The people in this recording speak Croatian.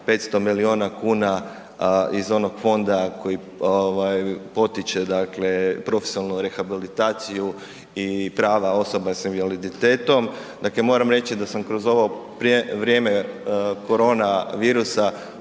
500 miliona kuna iz onog fonda koji potiče dakle profesionalnu rehabilitaciju i prava osoba s invaliditetom. Dakle, moram reći da sam kroz ovo vrijeme korona virusa